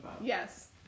Yes